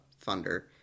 Thunder